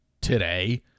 today